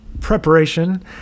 preparation